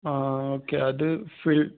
ആ ഓക്കെ അത് ഫിൽ